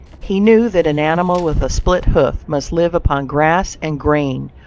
he knew that an animal with a split hoof must live upon grass and grain,